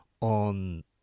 on